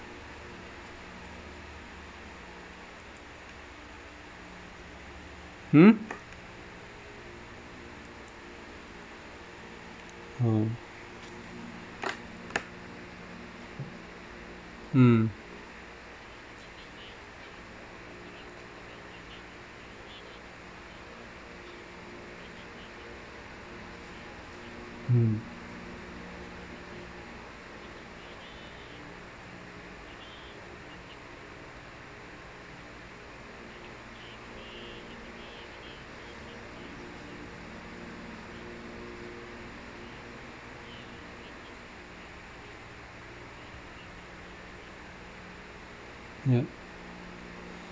hmm oh mm mm yup